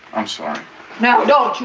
i'm sorry no, don't.